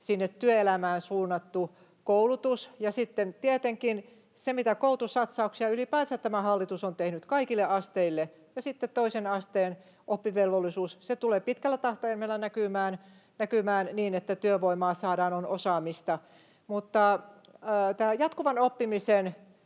työelämään suunnattu koulutus, ja sitten tietenkin on se, mitä koulutussatsauksia tämä hallitus ylipäänsä on tehnyt kaikille asteille. Toisen asteen oppivelvollisuus tulee pitkällä tähtäimellä näkymään niin, että työvoimaa saadaan, on osaamista. Mutta tämä jatkuvan oppimisen